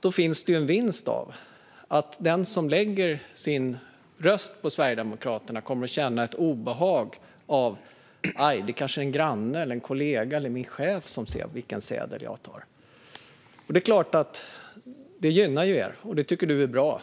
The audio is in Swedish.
Då finns det något att vinna på att den som lägger sin röst på Sverigedemokraterna kommer att känna ett obehag av att en granne, en kollega eller personens chef kanske ser vilken valsedel personen tar. Det gynnar ju er, och det tycker du, Morgan Johansson, är bra.